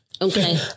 okay